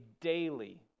daily